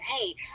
hey